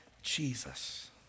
Jesus